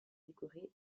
décoré